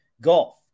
golf